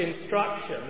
instructions